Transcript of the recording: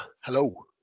hello